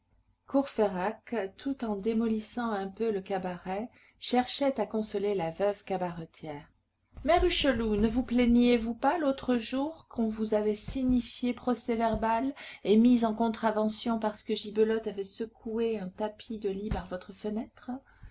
courfeyrac tout en démolissant un peu le cabaret cherchait à consoler la veuve cabaretière mère hucheloup ne vous plaigniez vous pas l'autre jour qu'on vous avait signifié procès-verbal et mise en contravention parce que gibelotte avait secoué un tapis de lit par votre fenêtre